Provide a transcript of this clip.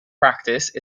practice